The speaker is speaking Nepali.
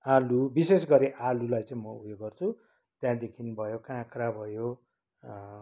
आलु विशेष गरी आलुलाई चाहिँ म उयो गर्छु त्यहाँदेखि भयो काँक्रा भयो